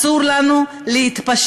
שוב: אסור לנו להתפשר.